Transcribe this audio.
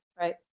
right